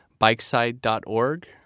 Bikeside.org